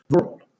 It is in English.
world